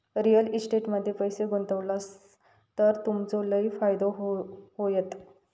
real estate मध्ये पैशे गुंतवलास तर तुमचो लय फायदो होयत